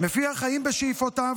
מפיח חיים בשאיפותיו